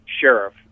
Sheriff